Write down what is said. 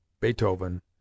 Beethoven